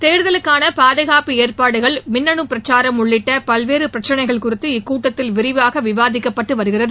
தேர்தலுக்கான பாதுகாப்பு ஏற்பாடுகள் மின்னணு பிரச்சாரம் உள்ளிட்ட பல்வேறு பிரச்சினைகள் குறித்து இக்கூட்டத்தில் விரிவாக விவாதிக்கப்பட்டு வருகிறது